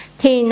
thì